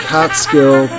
Catskill